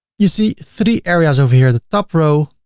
you see three areas over here the top row,